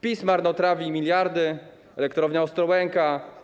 PiS marnotrawi miliardy: elektrownia Ostrołęka.